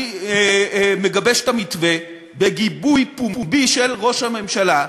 אני מגבש את המתווה, בגיבוי פומבי של ראש הממשלה,